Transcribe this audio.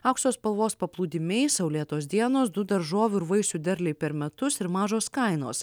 aukso spalvos paplūdimiai saulėtos dienos du daržovių ir vaisių derliai per metus ir mažos kainos